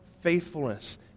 faithfulness